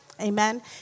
Amen